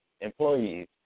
employees